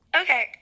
Okay